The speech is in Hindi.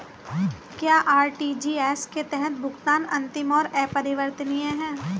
क्या आर.टी.जी.एस के तहत भुगतान अंतिम और अपरिवर्तनीय है?